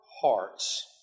hearts